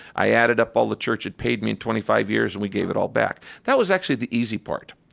i added up all the church that paid me in twenty five years and we gave it all back. that was actually the easy part.